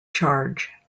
charge